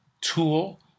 tool